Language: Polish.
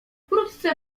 wkrótce